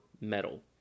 metal